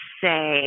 say